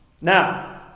Now